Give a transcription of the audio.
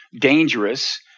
dangerous